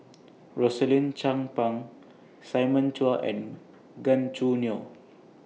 Rosaline Chan Pang Simon Chua and Gan Choo Neo